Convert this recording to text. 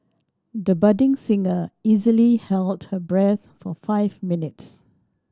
the budding singer easily held her breath for five minutes